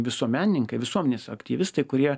visuomenininkai visuomenės aktyvistai kurie